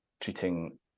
treating